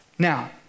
Now